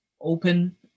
open